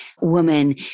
woman